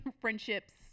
friendships